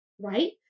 right